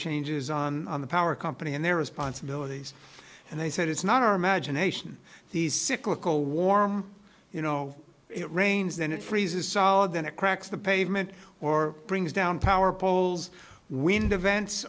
changes on the power company and their responsibilities and they said it's not our imagination these cyclical warm you know it rains then it freezes solid then it cracks the pavement or brings down power poles wind events